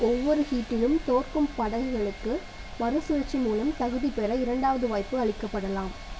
ஒவ்வொரு ஹீட்டிலும் தோற்கும் படகுகளுக்கு மறுசுழற்சி மூலம் தகுதி பெற இரண்டாவது வாய்ப்பு அளிக்கப்படலாம்